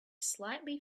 slightly